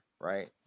right